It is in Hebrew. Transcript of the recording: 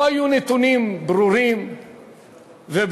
לא היו נתונים ברורים ובדוקים,